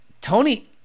Tony